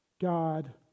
God